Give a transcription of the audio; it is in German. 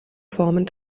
formen